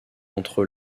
entre